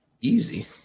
easy